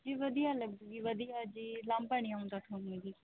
ਜੀ ਵਧੀਆ ਲੱਗੂਗੀ ਵਧੀਆ ਜੀ ਉਲਾਂਭਾ ਨਹੀਂ ਆਉਂਦਾ ਤੁਹਾਨੂੰ ਜੀ